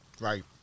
Right